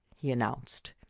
he announced.